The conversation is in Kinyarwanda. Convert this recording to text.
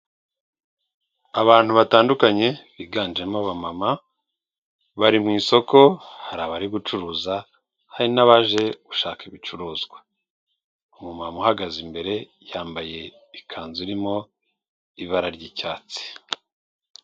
Abantu batandukanye biganjemo abamama, bari mu isoko, hari abari gucuruza hari n'abaje gushaka ibicuruzwa. Umumama uhagaze imbere, yambaye ikanzu irimo ibara ry'icyatsi.